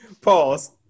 Pause